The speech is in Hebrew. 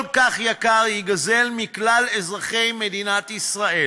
כך יקר ייגזל מכלל אזרחי מדינת ישראל,